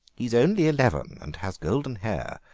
he's only eleven, and has golden hair,